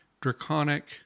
draconic